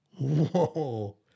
Whoa